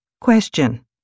Question